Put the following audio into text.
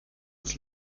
uns